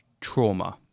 trauma